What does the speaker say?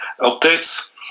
updates